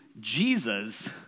Jesus